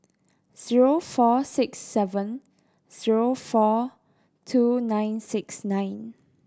zero four six seven zero four two nine six nine